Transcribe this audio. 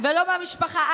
ולא מהמשפחה.